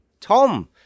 Tom